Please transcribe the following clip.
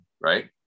Right